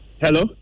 Hello